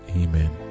amen